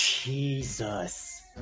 Jesus